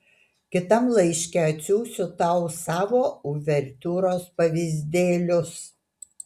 kitam laiške atsiųsiu tau savo uvertiūros pavyzdėlius